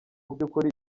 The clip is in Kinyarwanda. by’ukuri